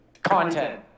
content